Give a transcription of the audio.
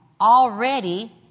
already